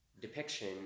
depiction